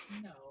No